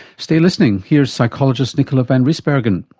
stay listening, here's psychologist nicola van rijsbergen.